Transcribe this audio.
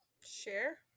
Share